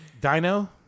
Dino